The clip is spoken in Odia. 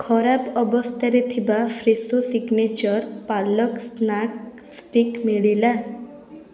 ଖରାପ ଅବସ୍ଥାରେ ଥିବା Fresho signature palak snack stick ମିଳିଲା